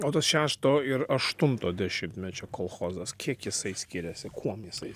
o tas šešto ir aštunto dešimtmečio kolchozas kiek jisai skiriasi kuom jisai